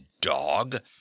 dog